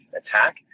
attack